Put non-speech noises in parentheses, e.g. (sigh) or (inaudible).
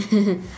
(laughs)